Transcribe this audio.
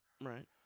Right